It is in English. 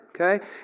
okay